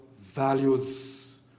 values